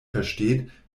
versteht